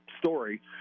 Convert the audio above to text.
story